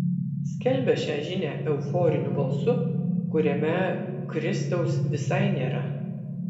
skelbia šią žinią euforiniu balsu kuriame kristaus visai nėra